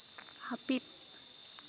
ᱦᱟᱹᱯᱤᱫ